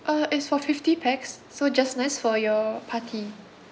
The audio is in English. uh it's for fifty pax so just nice for your party